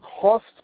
cost